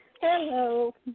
Hello